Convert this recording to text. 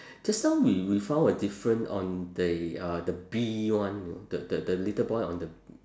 just now we we found a different on the uh the bee one you know the the the little boy on the